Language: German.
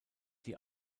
die